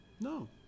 No